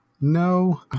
No